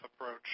approach